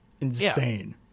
insane